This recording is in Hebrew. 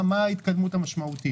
מה ההתקדמות המשמעותית?